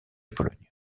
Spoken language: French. pologne